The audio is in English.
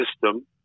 system